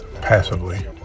passively